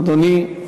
אדוני.